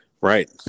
Right